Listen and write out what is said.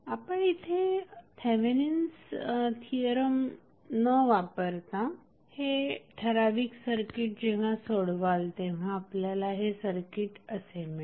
आपण इथे Thevenin's theorem न वापरता हे ठराविक सर्किट जेव्हा सोडवाल तेव्हा आपल्याला हे सर्किट असे मिळेल